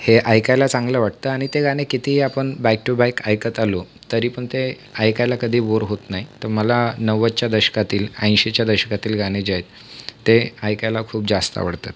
हे ऐकायला चांगलं वाटतं आणि ते गाणे कितीही आपण बॅक टू बॅक ऐकत आलो तरी पण ते ऐकायला कधी बोर होत नाही तर मला नव्वदच्या दशकातील ऐंशीच्या दशकातील गाणे जे आहेत ते ऐकायला खूप जास्त आवडतात